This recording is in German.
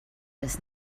des